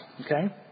okay